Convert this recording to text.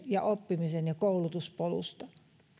ja oppimisen koulutuspolusta